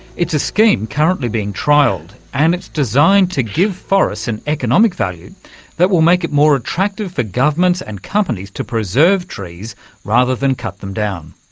it's a scheme currently being trialled and it's designed to give forests an economic value that will make it more attractive for governments and companies to preserve trees rather than cut them down.